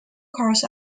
cars